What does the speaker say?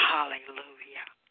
Hallelujah